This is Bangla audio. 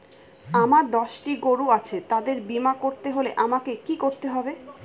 আমার দশটি গরু আছে তাদের বীমা করতে হলে আমাকে কি করতে হবে?